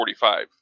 45